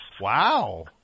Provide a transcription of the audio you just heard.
Wow